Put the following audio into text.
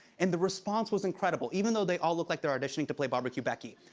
and the response was incredible. even though they all look like they're auditioning to play bbq becky.